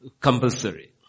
compulsory